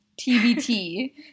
TBT